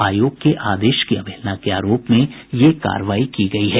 आयोग के आदेश की अवहेलना के आरोप में यह कार्रवाई की गयी है